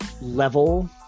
level